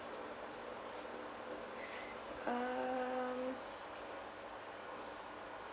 um